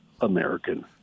American